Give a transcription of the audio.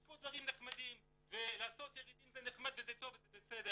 יש פה דברים נחמדים ולעשות ירידים זה נחמד וזה טוב וזה בסדר,